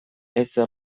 ezer